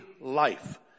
life